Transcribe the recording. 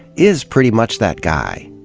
is pretty much that guy.